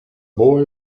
boy